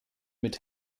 mit